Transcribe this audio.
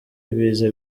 ibiza